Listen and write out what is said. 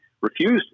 refused